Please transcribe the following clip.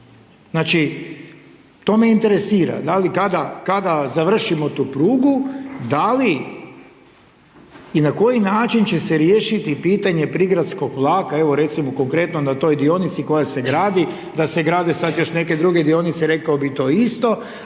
Znači, to me interesira, da li kada završimo tu prugu, da li i na koji način će se riješiti pitanje prigradskog vlaka, evo recimo konkretno na toj dionici koja se gradi, da se grade sad još neke druge dionice, rekao bih to isto,